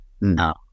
No